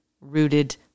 rooted